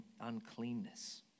uncleanness